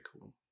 cool